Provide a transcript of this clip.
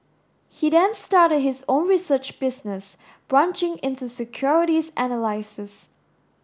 he then started his own research business branching into securities analysis